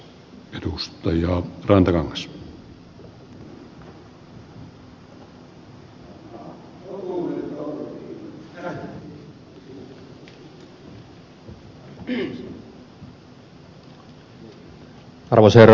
arvoisa herra puhemies